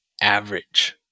average